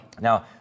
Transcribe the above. Now